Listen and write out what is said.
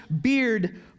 beard